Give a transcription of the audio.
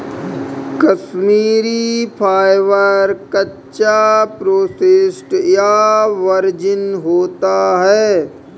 Kashmiri fibre, कच्चा, processed या virgin होता है